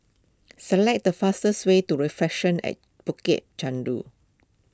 select the fastest way to Reflections at Bukit Chandu